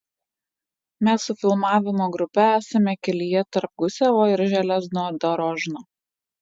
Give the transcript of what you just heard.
mes su filmavimo grupe esame kelyje tarp gusevo ir železnodorožno